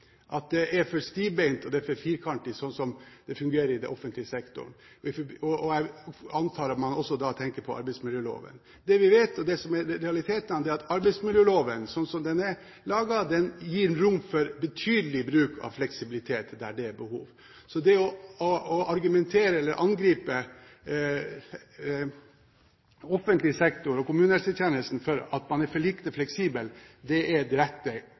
at det er for stivbeint og for firkantet sånn som det fungerer i den offentlige sektoren. Jeg antar at man da også tenker på arbeidsmiljøloven. Det vi vet, og det som er realiteten, er at arbeidsmiljøloven sånn som den er laget, gir rom for betydelig bruk av fleksibilitet der det er behov. Så det å argumentere eller angripe offentlig sektor og kommunehelsetjenesten for at man er for lite fleksibel, er direkte feil. Man har den fleksibiliteten som er nødvendig. Men det